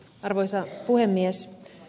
arvoisa puhemies